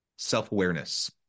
self-awareness